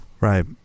Right